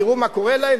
תראו מה קורה להם.